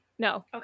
No